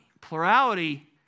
Plurality